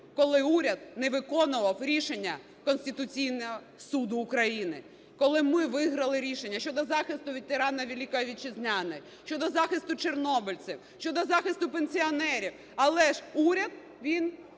коли уряд не виконував рішення Конституційного Суду України, коли ми виграли рішення щодо захисту ветеранів Великої Вітчизняної, щодо захисту чорнобильців, щодо захисту пенсіонерів, але ж уряд він не мав